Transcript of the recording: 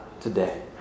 today